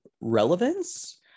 relevance